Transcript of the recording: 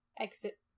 exit